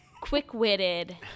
quick-witted